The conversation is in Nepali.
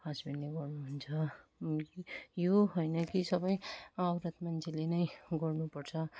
हसबेन्डले गर्नुहुन्छ यो होइन कि सबै औरत मान्छेले नै गर्नुपर्छ